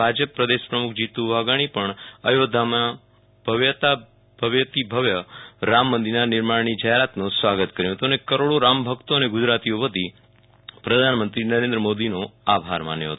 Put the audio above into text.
ભાજપ પ્રદેશ જીતુ વાઘાણીએ પણ અયોધ્યામાં ભવ્યાતિભવ્ય રામમંદિરના નિર્માણની જાહેરાતનું સ્વાગત કર્યું હતું અને કરોડો રામભક્તો અને ગુજરાતીઓ વતી પ્રધાનમંત્રી નરેન્દ્ર મોદીનો અભાર માન્યો હતો